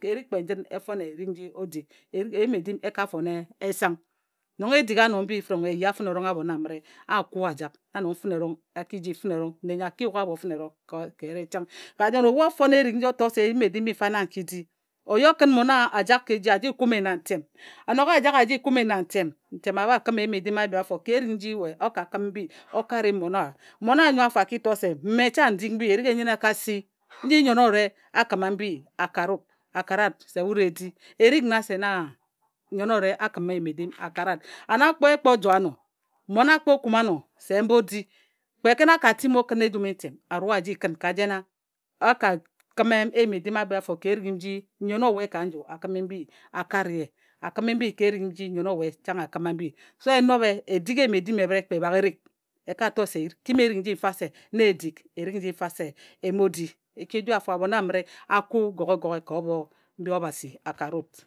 Erik kpe nji e fone erik nji o dik. Eyim edim e ka fon e nsang no e dik ano mbi fǝne erong e yea abhon a kua a juk na nong fǝne erong nne nyo a ki yuk abho ka ere chang ka jen obhu o fon erik nji o tok se Eyim edim mbi mfa na n ki di o yi o kǝn mmon owa a jak ka eji a ji kumi na ntem a nok a jak a ji kumi na ntem, ntem a bha kǝm eyim edim ahi afo ka erik o ka kǝm mbi o kare mmon owa mmon owa anyo afo a ki to se mme chang n dik mbi erik enyǝne e ka si nji nnyen owǝre a kǝma mbi a kare wut a kare wut se wut edi erik nna se na nnyen owǝre a kǝma eyim edim a kara wut ana e kpo joe ano mmon a kpo kume anose m bo di kpe kǝn a ka timi o kǝn ejum i ntem a rua a ji kǝn ka jena a kǝm eyim edim abhi afo ka erik nji nnyen owe ka nju a kǝme mbi a kare ye A kǝmi mbi ka erik nnyen chang a kǝma mbi. E nobhe e dik eyim edim ebhǝre kpe baghe e rik e kaa to se ekim erik nji mfa se na e dik erik nji mfa se emo du. E du abhon amǝru a kue goghe goghe ka obho Obasi a kare wut.